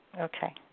Okay